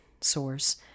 source